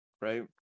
right